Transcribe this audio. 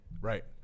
Right